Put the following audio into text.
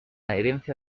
herencia